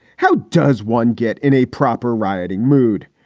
how does one get in a proper rioting mood?